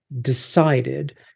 decided